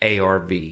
ARV